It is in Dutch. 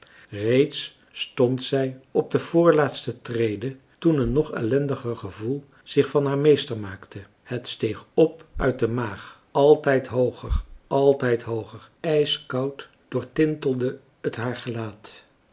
reeds stond zij op de voorlaatste trede toen een nog ellendiger gevoel zich van haar meester maakte het steeg op uit de maag altijd hooger altijd hooger ijskoud doortintelde t haar gelaat